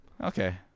okay